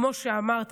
כמו שאמרת,